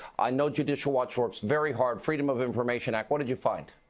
i know judicial watch works very hard. freedom of information act. what did you find?